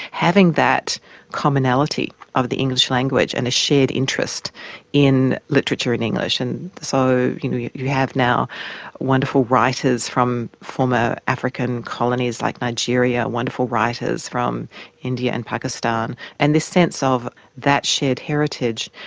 having that commonality of the english language and a shared interest in literature in english. and so you you have now wonderful writers from former african colonies, like nigeria, wonderful writers from india and pakistan, and this sense of that shared heritage.